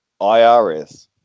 IRS